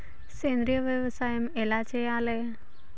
సేంద్రీయ వ్యవసాయం ఎలా చెయ్యాలే?